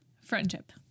friendship